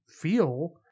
feel